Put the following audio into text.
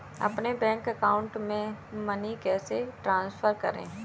अपने bank account से money कैसे ट्रांसफर करें?